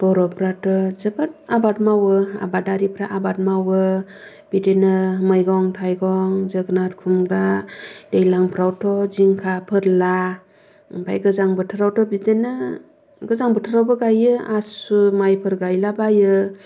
बर'फोराथ' जोबाद आबाद मावो आबादारिफोरा आबाद मावो बिदिनो मैगं थायगं जोगोनार खुम्रा दैज्लांफोरावथ' जिंखा फोरला ओमफ्राय गोजां बोथोरावथ' बिदिनो गोजां बोथोरावबो गायो आसु माइफोर गायला बायो